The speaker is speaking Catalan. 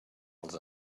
els